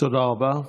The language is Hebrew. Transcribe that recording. תודה רבה.